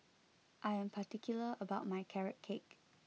I am particular about my carrot cake